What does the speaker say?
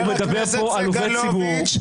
הוא מדבר פה על עובד ציבור,